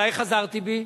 אולי חזרתי בי?